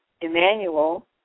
Emmanuel